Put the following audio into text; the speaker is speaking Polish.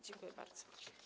Dziękuję bardzo.